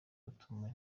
batumiwe